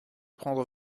prendre